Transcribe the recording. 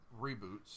reboots